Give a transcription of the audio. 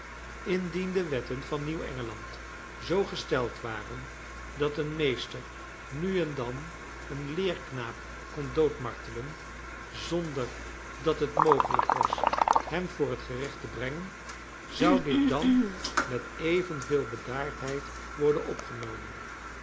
de wetten van nieuw engeland zoo gesteld waren dat een meester nu en dan een leerknaap kon doodmartelen zonder dat het mogelijk was hem voor het gerecht te brengen zou dit dan met evenveel bedaardheid worden opgenomen